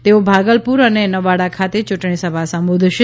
તેઓ ભાગરપુલ અને નવાડા ખાતે ચૂંટણી સભા સંબોધશે